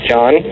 John